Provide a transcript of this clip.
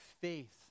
faith